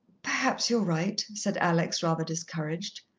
perhaps you're right, said alex, rather discouraged.